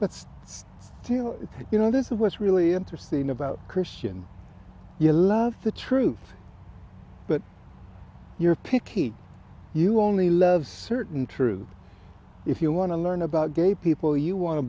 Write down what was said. but you know this is what's really interesting about christian you love the truth but you're picky you only love certain truth if you want to learn about gay people you want to